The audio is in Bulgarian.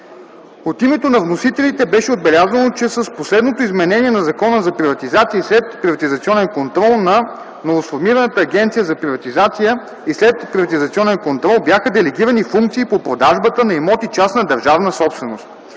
От името на вносителите беше отбелязано, че с последното изменение на Закона за приватизация и следприватизационен контрол на новосформираната Агенция за приватизация и следприватизационен контрол бяха делегирани функции по продажбата на имоти частна държавна собственост.